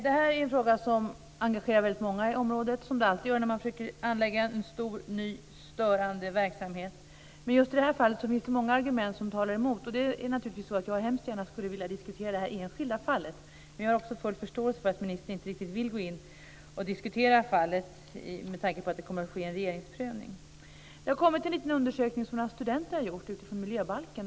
Det här är en fråga som engagerar väldigt många i området, som det alltid gör när man försöker att anlägga en stor ny störande verksamhet. Men just i det här fallet finns det många argument som talar emot. Jag skulle hemskt gärna vilja diskutera det här enskilda fallet, men jag har också full förståelse för att ministern inte vill gå in på fallet med tanke på att det kommer att ske en regeringsprövning. Det är några studenter som har gjort en undersökning utifrån miljöbalken.